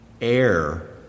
air